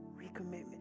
Recommitment